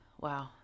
Wow